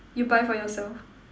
you buy for yourself